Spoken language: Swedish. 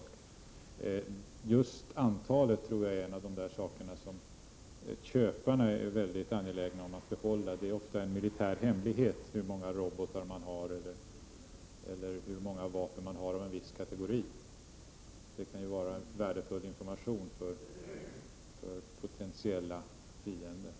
Jag tror att just antalet vapen är en uppgift som köparna är mycket angelägna om att behålla för sig själva. Det är ofta en militär hemlighet hur många robotar man har eller hur många vapen man har av en viss kategori. Det kan ju vara värdefull information för potentiella fiender.